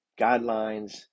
guidelines